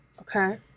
Okay